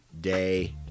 day